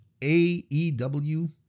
AEW